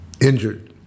injured